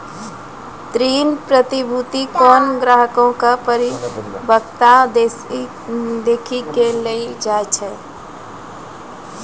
ऋण प्रतिभूती कोनो ग्राहको के परिपक्वता देखी के देलो जाय छै